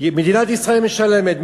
מדינת ישראל משלמת,